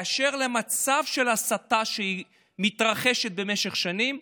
באשר למצב של הסתה שמתרחשת במשך שנים,